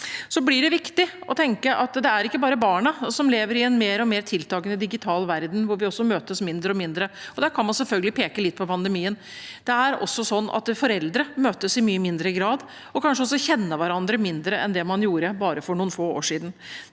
Det blir viktig å tenke på at det ikke bare er barna som lever i en mer og mer tiltakende digital verden, hvor vi også møtes mindre og mindre – og man kan selvfølgelig peke litt på pandemien. Det er også sånn at foreldre møtes i mye mindre grad og kanskje kjenner hverandre i mindre grad enn man gjorde for bare noen få år siden.